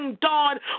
dawn